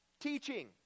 teaching